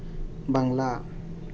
Bangla